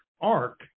ARC